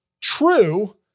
true